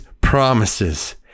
promises